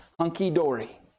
hunky-dory